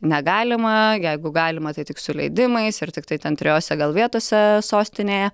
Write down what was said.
negalima jeigu galima tai tik su leidimais ir tiktai ten trijose vietose sostinėje